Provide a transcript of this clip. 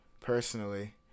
personally